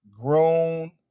grown